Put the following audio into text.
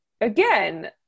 Again